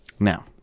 Now